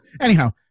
anyhow